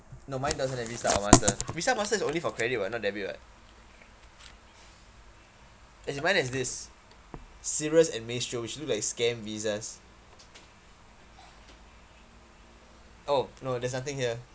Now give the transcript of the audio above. no mine doesn't have Visa or master Visa master is only for credit [what] not debit [what] as in mine has this serious and Mastro which look like scam visas oh no there's nothing here